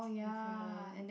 different